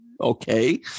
okay